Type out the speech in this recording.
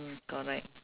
mm correct